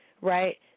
Right